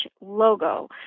logo